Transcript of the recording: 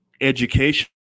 education